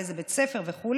באיזה בית ספר וכו'